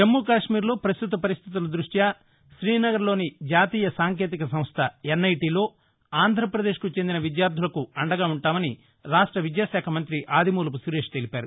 జమ్మూకాశ్మీర్ లో పస్తుత పరిస్దితుల దృష్ట్వి శ్రీనగర్ లోని జాతీయ సాంకేతిక సంస్ద ఎన్ఐటీలో ఆంధ్రపదేశ్కు చెందిన విద్యార్దులకు అండగా వుంటామని రాష్ట్ర విద్యాశాఖ మంత్రి ఆదిమూలపు సురేష్ తెలిపారు